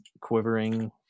quivering